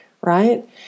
right